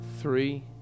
Three